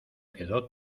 quedó